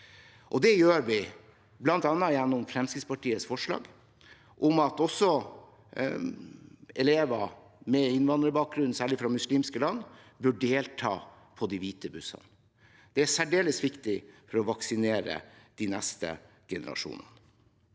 Det gjør vi bl.a. gjennom Fremskrittspartiets forslag om at også elever med innvandrerbakgrunn, særlig fra muslimske land, bør delta på turer med Hvite Busser. Det er særdeles viktig for å vaksinere de neste generasjonene.